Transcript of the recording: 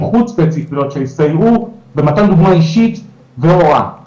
חוץ בית ספריות שיסייעו במתן דוגמא אישית והוראה,